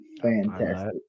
fantastic